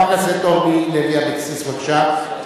חברת הכנסת אורלי לוי אבקסיס, בבקשה.